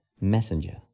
messenger